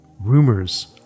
rumors